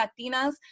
Latinas